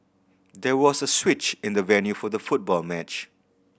there was a switch in the venue for the football match